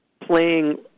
playing